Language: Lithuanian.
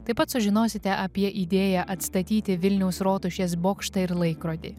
taip pat sužinosite apie idėją atstatyti vilniaus rotušės bokštą ir laikrodį